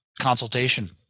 consultation